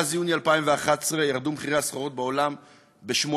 מאז יוני 2011 ירדו מחירי הסחורות בעולם ב-18.9%.